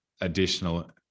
additional